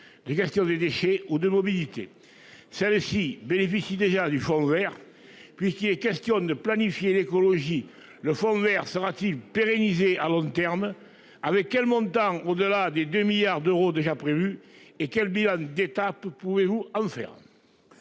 les questions des déchets ou de mobilité. Celle-ci bénéficie déjà du Fonds Vert puisqu'il est question de planifier l'écologie le Fonds Vert sera-t-il pérennisé à long terme avec quel montant au-delà des 2 milliards d'euros déjà prévus et quel bilan d'étape. Pouvez-vous en faire.